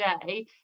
today